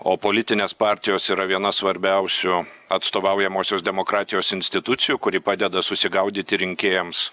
o politinės partijos yra viena svarbiausių atstovaujamosios demokratijos institucijų kuri padeda susigaudyti rinkėjams